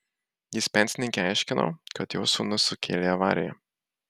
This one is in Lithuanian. jis pensininkei aiškino kad jos sūnus sukėlė avariją